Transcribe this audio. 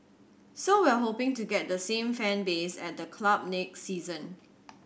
so we're hoping to get the same fan base at the club next season